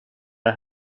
det